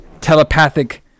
telepathic